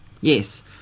Yes